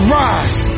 rise